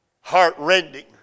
Heart-rending